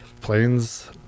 planes